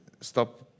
stop